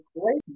great